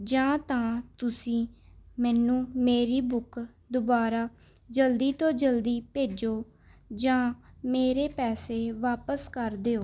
ਜਾਂ ਤਾਂ ਤੁਸੀਂ ਮੈਨੂੰ ਮੇਰੀ ਬੁੱਕ ਦੁਬਾਰਾ ਜਲਦੀ ਤੋਂ ਜਲਦੀ ਭੇਜੋ ਜਾਂ ਮੇਰੇ ਪੈਸੇ ਵਾਪਸ ਕਰ ਦਿਓ